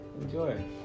Enjoy